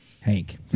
Hank